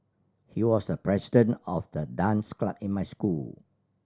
he was the president of the dance club in my school